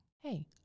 Hey